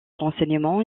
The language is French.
renseignement